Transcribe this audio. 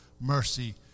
mercy